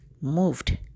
moved